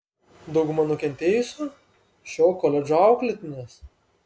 dauguma nukentėjusių šio koledžo auklėtinės